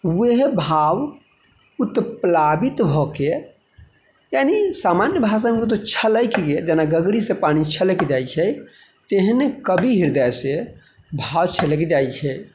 वएहे भाव उत्प्लावित भऽके यानि सामान्य भाषामे कहू तऽ छलकि गेल जेना गगरीसँ पानि छलैक जाइ छै तहिना कवि हृदयसँ भाव छलकि जाइ छै